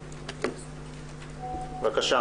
בבקשה.